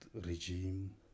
regime